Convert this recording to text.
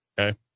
okay